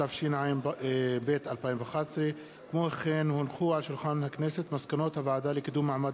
התשע"ב 2011. מסקנות הוועדה לקידום מעמד